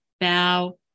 bow